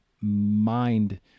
mind